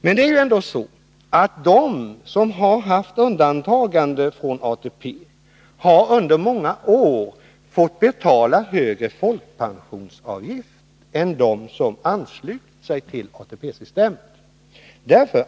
Men det är ju ändå så att de som haft undantagande från ATP under många år fått betala högre folkpensionsavgifter än de som anslutit sig till ATP-systemet.